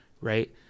right